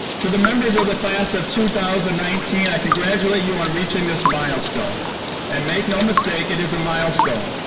to the members of the class of two thousand and nineteen, i congratulate you on reaching this milestone and make no mistake, it is a milestone.